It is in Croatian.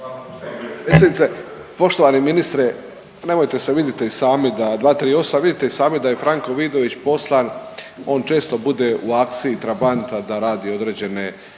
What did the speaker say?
Hvala.